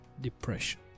depression